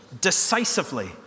decisively